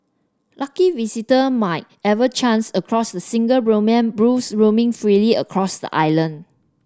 lucky visitor might chance across the single Brahman bulls roaming freely across the island